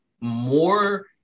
more